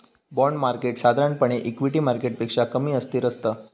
bond market साधारणपणे equity मार्केटपेक्षा कमी अस्थिर असता